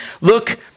Look